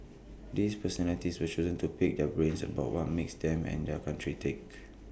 these personalities were chosen to pick their brains about what makes them and their country tick